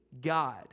God